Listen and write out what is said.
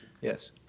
Yes